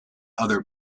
other